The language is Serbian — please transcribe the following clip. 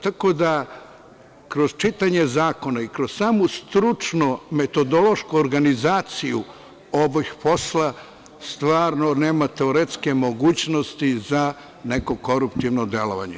Tako da, kroz čitanje zakona i kroz samu stručno-metodološku organizaciju ovog posla stvarno nema teoretske mogućnosti za neko koruptivno delovanje.